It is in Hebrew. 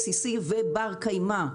בסיסי ובר-קיימא,